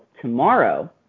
tomorrow